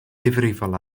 ddifrifol